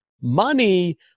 Money